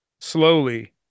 slowly